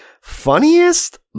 funniest